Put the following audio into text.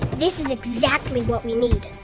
this is exactly what we need.